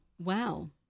Wow